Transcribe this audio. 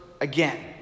again